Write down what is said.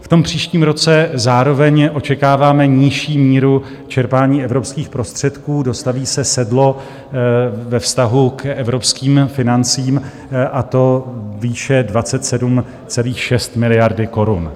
V tom příštím roce zároveň očekáváme nižší míru čerpání evropských prostředků, dostaví se sedlo ve vztahu k evropským financím, a to výše 27,6 miliardy korun.